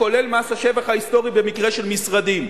כולל מס השבח ההיסטורי במקרה של משרדים.